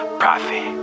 profit